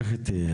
איך היא תהיה?